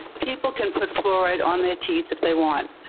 people can put fluoride on their teeth if they want.